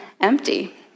empty